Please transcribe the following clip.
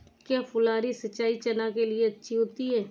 क्या फुहारी सिंचाई चना के लिए अच्छी होती है?